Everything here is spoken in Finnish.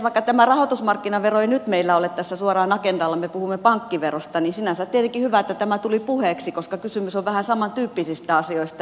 vaikka tämä rahoitusmarkkinavero ei nyt meillä ole tässä suoraan agendalla me puhumme pankkiverosta niin sinänsä tietenkin hyvä että tämä tuli puheeksi koska kysymys on vähän samantyyppisistä asioista